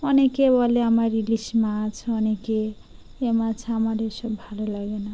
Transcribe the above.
অনেকে বলে আমার ইলিশ মাছ অনেকে এ মাছ আমার এসব ভালো লাগে না